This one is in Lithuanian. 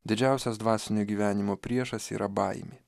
didžiausias dvasinio gyvenimo priešas yra baimė